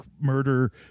murder